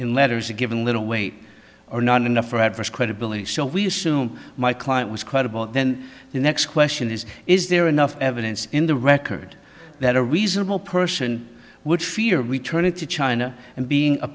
in letters are given little weight or not enough for adverse credibility so we assume my client was credible then the next question is is there enough evidence in the record that a reasonable person would fear returning to china and being a